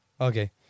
Okay